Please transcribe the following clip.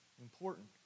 Important